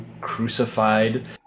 crucified